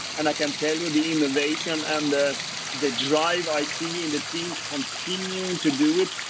and i can tell you the innovation and the the drive i see in the teams continuing to do it,